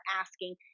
asking